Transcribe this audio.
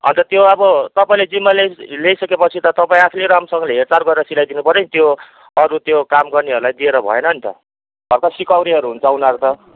अन्त त्यो आबो तपईँले जिम्मा लिइ लिइसके पछि त तपाईँ आफैले राम्रोसँगले हेरचाह गरेर सिलाइदिनु पर्यो नि त्यो अरू त्यो काम गर्नेहरूलाई दिएर भएन नि त भर्खर सिकौरेहरू हुन्छ उनीहरू त